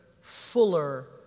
fuller